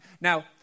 now